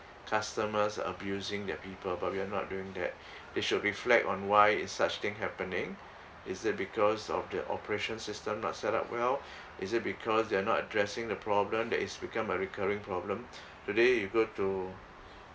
customers abusing their people but we are not doing that it should reflect on why is such thing happening is it because of the operation system not set up well is it because they're not addressing the problem that is become a recurring problem today you go to